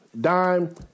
Dime